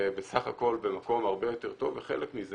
בסך הכול במקום הרבה יותר טוב וחלק מזה